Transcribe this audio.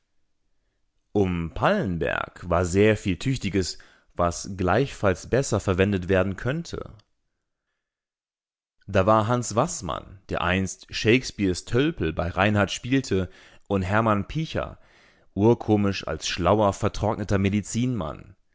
um pallenberg war sehr viel tüchtiges was gleichfalls besser verwendet werden könnte da war hans waßmann der einst shakespeares tölpel bei reinhardt spielte und hermann picha urkomisch als schlauer vertrockneter medizinmann